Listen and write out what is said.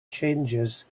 changes